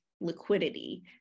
liquidity